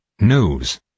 news